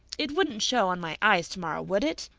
it wouldn't show on my eyes tomorrow, would it?